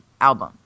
album